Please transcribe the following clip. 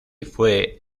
fue